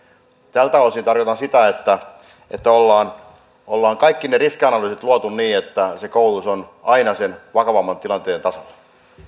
tältä osin tarkoitan sitä että että ollaan ollaan kaikki ne riskianalyysit luotu niin että se koulutus on aina sen vakavamman tilanteen tasalla